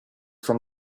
from